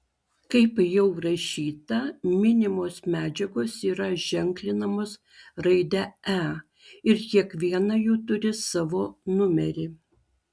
kaip jau rašyta minimos medžiagos yra ženklinamos raide e ir kiekviena jų turi savo numerį